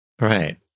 Right